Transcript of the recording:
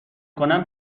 کنم